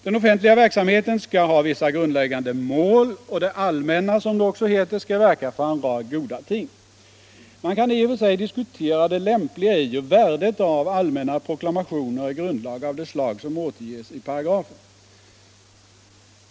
Den offentliga verksamheten skall ha vissa grundläggande mål, och det allmänna —- som det också heter — skall verka för en rad goda ting. Man kan i och för sig diskutera det lämpliga i och värdet av allmänna proklamationer i grundlag av det slag som återges i paragrafen.